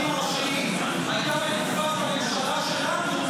הרבנים הראשיים הייתה בתקופת הממשלה שלנו,